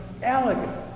Elegant